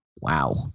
Wow